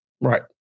right